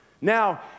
Now